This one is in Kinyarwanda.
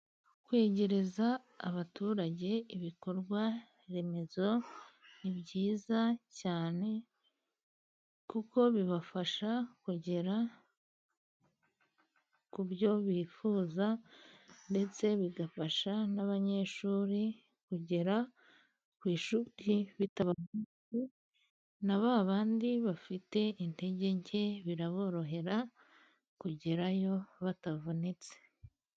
Kwegereza abaturage ibikorwa remezo ni byiza cyane, kuko bibafasha kugera ku byo bifuza, ndetse bigafasha n'abanyeshuri kugera ku ishuri na ba bandi bafite intege nke, biraborohera kugerayo batavunitse.